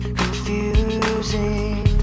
confusing